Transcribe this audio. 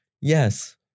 Yes